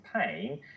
pain